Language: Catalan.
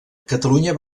catalunya